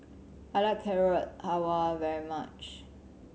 I like Carrot Halwa very much